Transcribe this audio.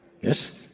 yes